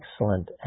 excellent